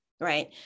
Right